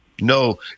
No